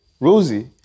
Rosie